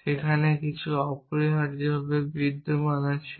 সেখানে কিছু অপরিহার্যভাবে বিদ্যমান আছে